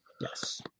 Yes